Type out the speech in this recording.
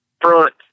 front